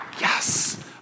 Yes